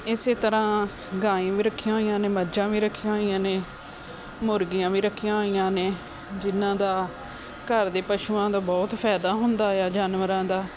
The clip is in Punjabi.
ਇਸ ਤਰ੍ਹਾਂ ਗਾਂ ਵੀ ਰੱਖੀਆਂ ਹੋਈਆਂ ਨੇ ਮੱਝਾਂ ਵੀ ਰੱਖੀਆਂ ਹੋਈਆਂ ਨੇ ਮੁਰਗੀਆਂ ਵੀ ਰੱਖੀਆਂ ਹੋਈਆਂ ਨੇ ਜਿਨ੍ਹਾਂ ਦਾ ਘਰ ਦੇ ਪਸ਼ੂਆਂ ਦਾ ਬਹੁਤ ਫ਼ਾਇਦਾ ਹੁੰਦਾ ਆ ਜਾਨਵਰਾਂ ਦਾ